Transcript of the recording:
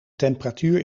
temperatuur